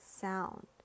sound